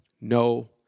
no